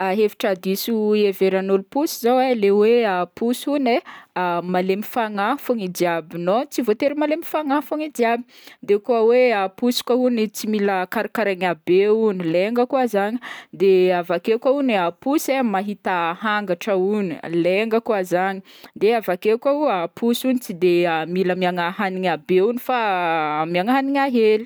Ha hevitra diso iheveran'ôlo posy zao e le hoe, posy hono hoe malemy fagnahy fogna izy jiaby, non tsy voatery malemy fanahy fogna izy jiaby, de koa hoe posy koa hono koa tsy mila karikaraigna be hono, lainga koa zagny, de avake koa hono e posy mahita hangatra hono lainga koa zagny, de avake koa posy hono tsy de mila omeagna hagniny be hono fa ameagna hagnina hely.